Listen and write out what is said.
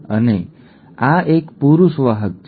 અને આ એક પુરુષ વાહક છે